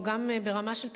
גם ברמה של תקנות,